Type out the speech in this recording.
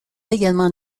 également